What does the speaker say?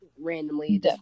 randomly